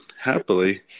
Happily